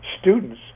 students